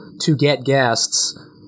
to-get-guests